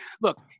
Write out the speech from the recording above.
look